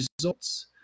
results